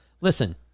listen